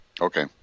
Okay